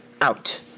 out